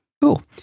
cool